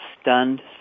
Stunned